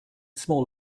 small